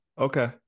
okay